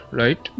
right